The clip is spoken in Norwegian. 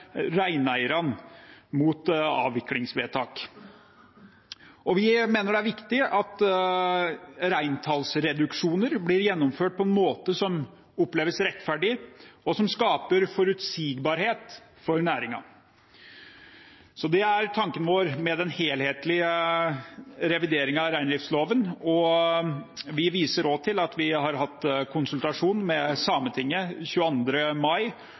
reineierne mot avviklingsvedtak, og vi mener det er viktig at reintallsreduksjoner blir gjennomført på en måte som oppleves rettferdig, og som skaper forutsigbarhet for næringen. Det er tanken vår med den helhetlige revideringen av reindriftsloven. Vi viser også til at vi har hatt konsultasjon med Sametinget 22. mai,